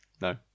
No